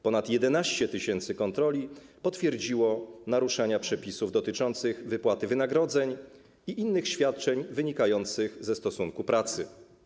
Ponad 11 tys. kontroli potwierdziło naruszenia przepisów dotyczących wypłaty wynagrodzeń i innych świadczeń wynikających ze stosunku pracy.